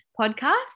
podcast